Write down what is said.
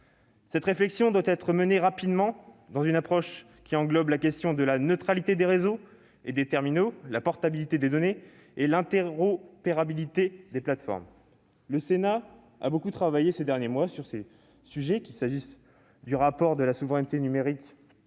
Cette réflexion doit être menée rapidement, dans le cadre d'une approche qui englobe la question de la neutralité des réseaux et des terminaux, la portabilité des données et l'interopérabilité des plateformes. Le Sénat a beaucoup travaillé ces derniers mois sur ces sujets, qu'il s'agisse du rapport sur la souveraineté numérique